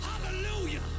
Hallelujah